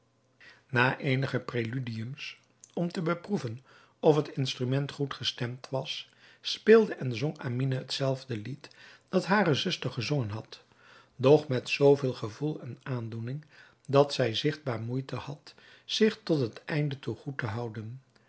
na eenige preludiums om te beproeven of het instrument goed gestemd was speelde en zong amine het zelfde lied dat hare zuster gezongen had doch met zooveel gevoel en aandoening dat zij zigtbaar moeite had zich tot het einde toe goed te houden